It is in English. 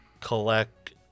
collect